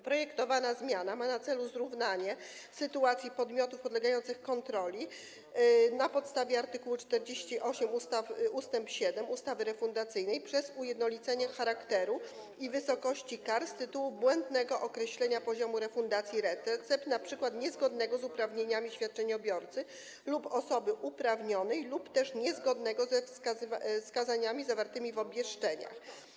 Projektowana zmiana ma na celu zrównanie sytuacji podmiotów podlegających kontroli na podstawie art. 48 ust. 7 ustawy refundacyjnej przez ujednolicenie charakteru i wysokości kar z tytułu błędnego określenia poziomu refundacji recept, np. niezgodnego z uprawnieniami świadczeniobiorcy lub osoby uprawnionej lub też niezgodnego ze wskazaniami zawartymi w obwieszczeniach.